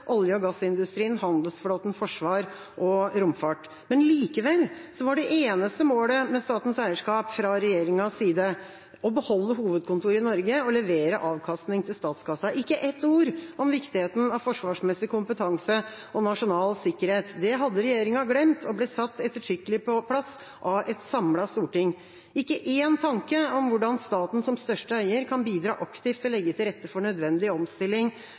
olje- og gassindustrien, handelsflåten, forsvar og romfart. Likevel var det eneste målet med statens eierskap fra regjeringas side å beholde hovedkontoret i Norge og levere avkastning til statskassen – ikke et ord om viktigheten av forsvarsmessig kompetanse og nasjonal sikkerhet. Det hadde regjeringa glemt, og ble satt ettertrykkelig på plass av et samlet storting. Det var ikke én tanke om hvordan staten som største eier kan bidra aktivt til å legge til rette for nødvendig omstilling